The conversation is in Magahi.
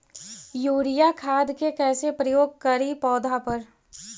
यूरिया खाद के कैसे प्रयोग करि पौधा पर?